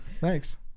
Thanks